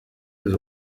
deux